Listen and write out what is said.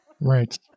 right